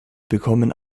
bekommen